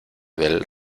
del